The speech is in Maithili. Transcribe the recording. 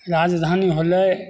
राजधानी होयलै